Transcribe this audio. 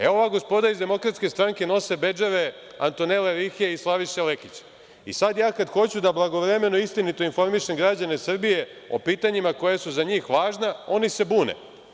Evo gospoda iz DS nose bedževe Antonele Rihe i Slaviše Lekića i kada hoću da blagovremeno i istinito informišem građane Srbije o pitanjima koja su za njih važna, oni se bune.